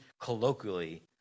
colloquially